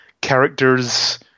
characters